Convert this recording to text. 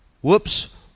Whoops